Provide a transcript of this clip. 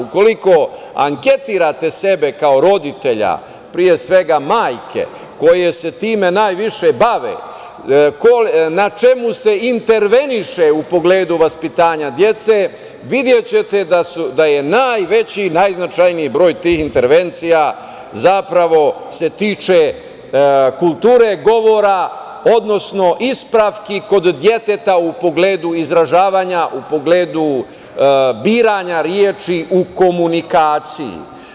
Ukoliko anketirate sebe kao roditelja, pre svega majke koje se time najviše bave, na čemu se interveniše u pogledu vaspitanja dece videćete da se najveći i najznačajniji broj tih intervencija tiče kulture govora, odnosno ispravki kod deteta u pogledu izražavanja, u pogledu biranja reči u komunikaciji.